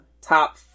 top